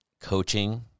coaching